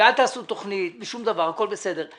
ואל תעשו תוכנית, ושום דבר, הכול בסדר.